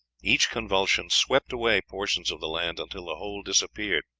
each convulsion swept away portions of the land until the whole disappeared,